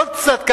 עוד קצת,